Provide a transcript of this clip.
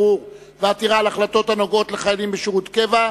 ערעור ועתירה על החלטות הנוגעות לחיילים בשירות קבע),